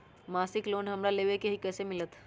मासिक लोन हमरा लेवे के हई कैसे मिलत?